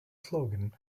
slogan